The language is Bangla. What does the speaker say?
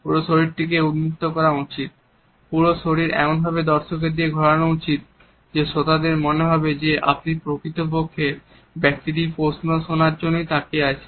পুরো শরীরকে উন্মুক্ত করা উচিত পুরো শরীর এমন ভাবে দর্শকদের দিকে ঘোরানোনো উচিত যে শ্রোতাদের মনে হবে যে আপনি প্রকৃতপক্ষে ব্যক্তিটির প্রশ্ন শোনার জন্যই তাকিয়ে আছেন